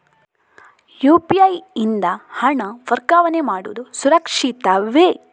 UPI ಯಿಂದ ಹಣ ವರ್ಗಾವಣೆ ಮಾಡುವುದು ಸುರಕ್ಷಿತವೇ?